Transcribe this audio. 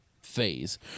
Phase